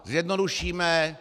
Zjednodušíme.